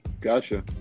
Gotcha